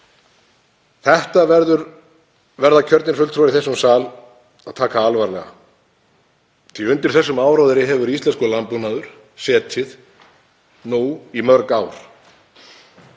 Þetta verða kjörnir fulltrúar í þessum sal að taka alvarlega því að undir þessum áróðri hefur íslenskur landbúnaður setið nú í mörg ár.